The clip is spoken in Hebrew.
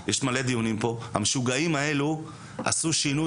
יש מלא דיונים פה המשוגעים האלה עשו שינוי